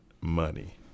money